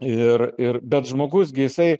ir ir bet žmogus gi jisai